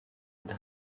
and